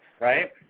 right